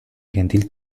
gentil